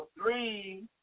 three